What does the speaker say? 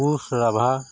Koch Rabha